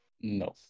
No